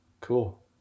Cool